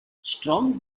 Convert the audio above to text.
strong